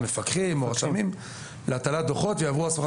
מפקחים או רשמים להטלת דוחות והם יעברו הסמכה.